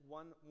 one